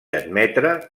admetre